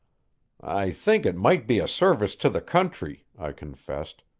i think it might be a service to the country, i confessed,